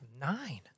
nine